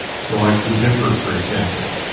so like the dipper, for example,